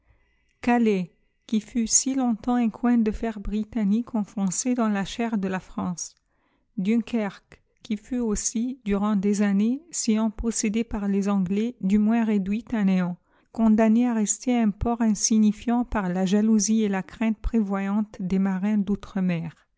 calais qui fut si longtemps un coin de fer britannique enfoncé dans la chair de la france dunkerque qui fut aussi durant des années sinon possédée par les anglais du moins réduite h néant condamnée à rester un port insignifiant par la jalousie et la crainte prévoyantes des marins d'outre-mer